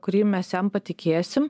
kurį mes jam patikėsim